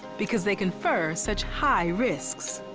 because they confer such high risks.